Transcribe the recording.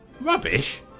Rubbish